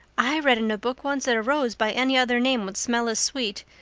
i read in a book once that a rose by any other name would smell as sweet,